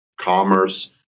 commerce